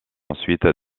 ensuite